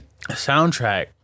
soundtrack